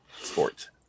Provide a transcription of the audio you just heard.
sports